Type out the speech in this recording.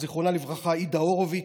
זיכרונה לברכה, אידה הורוביץ,